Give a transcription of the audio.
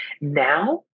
now